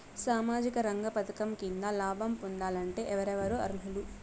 సామాజిక రంగ పథకం కింద లాభం పొందాలంటే ఎవరెవరు అర్హులు?